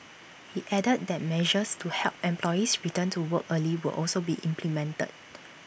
he added that measures to help employees return to work earlier will also be implemented